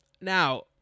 Now